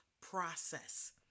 process